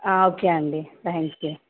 okay అండి thank you